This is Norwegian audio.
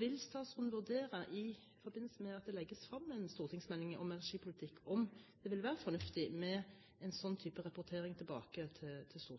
Vil statsråden i forbindelse med at det legges frem en stortingsmelding om energipolitikk, vurdere om det vil være fornuftig med en sånn type rapportering tilbake til